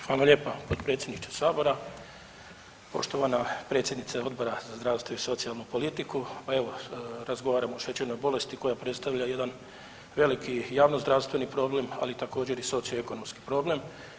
Hvala lijepo potpredsjedniče Sabora, poštovani predsjednice Odbora za zdravstvo i socijalnu politiku, pa evo, razgovaramo o šećernoj bolesti koja predstavlja jedan veliki javnozdravstveni problem, ali također, i socioekonomski problem.